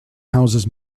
houses